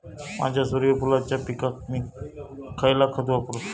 माझ्या सूर्यफुलाच्या पिकाक मी खयला खत वापरू?